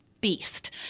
beast